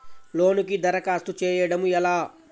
లోనుకి దరఖాస్తు చేయడము ఎలా?